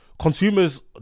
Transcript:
Consumers